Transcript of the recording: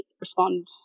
respond